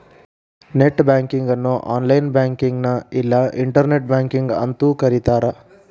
net banking ಅನ್ನು online ಬ್ಯಾಂಕಿಂಗ್ನ ಇಲ್ಲಾ ಇಂಟರ್ನೆಟ್ ಬ್ಯಾಂಕಿಂಗ್ ಅಂತೂ ಕರಿತಾರ